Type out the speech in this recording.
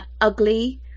ugly